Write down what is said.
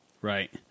Right